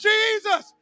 Jesus